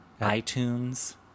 iTunes